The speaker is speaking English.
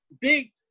big